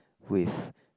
with